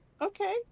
okay